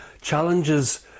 challenges